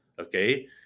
okay